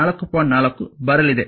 4 ಬರಲಿದೆ